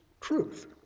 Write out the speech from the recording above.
truth